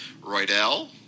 Roydell